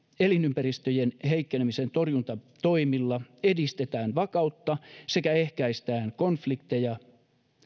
elinympäristöjen heikkenemisen torjuntatoimilla edistetään vakautta sekä ehkäistään konflikteja